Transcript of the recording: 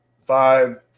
five